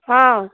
ꯑꯧ